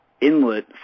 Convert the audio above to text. inlet